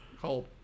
called